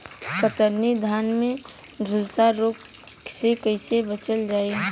कतरनी धान में झुलसा रोग से कइसे बचल जाई?